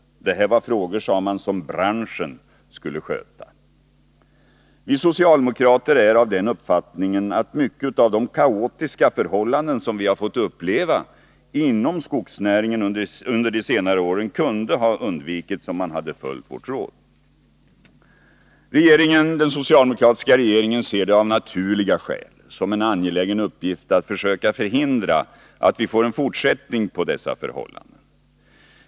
Det här var frågor, sade man, som branschen skulle sköta. Vi socialdemokrater är av den uppfattningen att mycket av de kaotiska förhållanden som vi har fått uppleva inom skogsnäringen under de senare åren kunde ha undvikits om man hade följt vårt råd. Den socialdemokratiska regeringen ser det av naturliga skäl som en angelägen uppgift att försöka förhindra att vi får en fortsättning på dessa förhållanden.